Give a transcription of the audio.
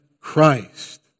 Christ